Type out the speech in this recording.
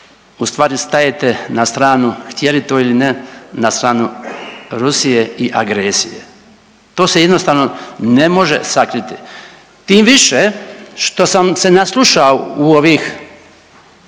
ustvari stajete na stranu, htjeli to ili ne, na stranu Rusije i agresije. To se jednostavno ne može sakriti. Tim više što sam se naslušao u ovih